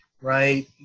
right